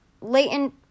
latent